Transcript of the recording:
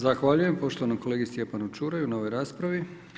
Zahvaljujem poštovanom kolegi Stjepanu Ćuraju na ovoj raspravi.